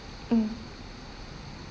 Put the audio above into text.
mm